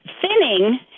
thinning